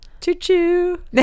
Choo-choo